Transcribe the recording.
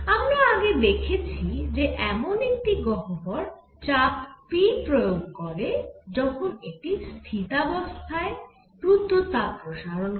আমরা আগে দেখেছি যে এমন একটি গহ্বর চাপ p প্রয়োগ করে যখন এটি স্থিতাবস্থায় রূদ্ধতাপ প্রসারণ করে